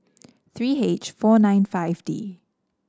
three H four nine five D